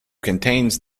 contains